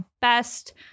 Best